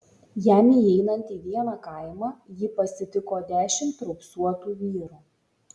jam įeinant į vieną kaimą jį pasitiko dešimt raupsuotų vyrų